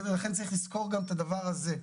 לכן צריך לזכור גם את הדבר הזה.